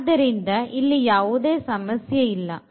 ಆದ್ದರಿಂದ ಇಲ್ಲಿ ಯಾವುದೇ ಸಮಸ್ಯೆಯಿಲ್ಲ